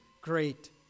great